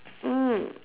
mm